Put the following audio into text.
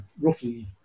roughly